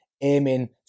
aiming